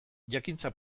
jakintza